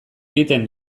egiten